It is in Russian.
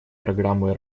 программы